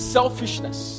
Selfishness